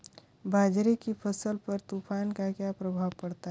बाजरे की फसल पर तूफान का क्या प्रभाव होगा?